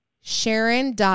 Sharon